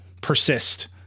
persist